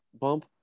bump